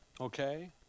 Okay